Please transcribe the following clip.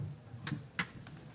(היו"ר